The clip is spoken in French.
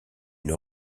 une